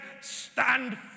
stand